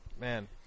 man